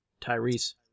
Tyrese